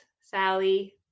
Sally